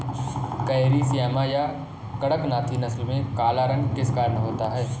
Carry Shyama या कड़कनाथी नस्ल में काला रंग किस कारण होता है?